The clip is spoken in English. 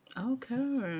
Okay